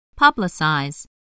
Publicize